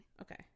Okay